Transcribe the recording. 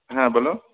হ্যাঁ বল